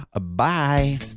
Bye